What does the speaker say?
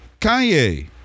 Kanye